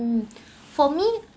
mm for me